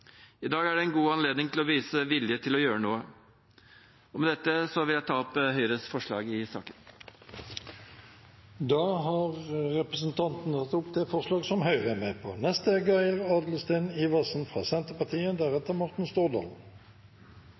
I dag er det en god anledning til å vise vilje til å gjøre noe. Med dette vil jeg ta opp Høyres forslag i saken. Da har representanten Erlend Larsen tatt opp det